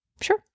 Sure